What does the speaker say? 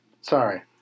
sorry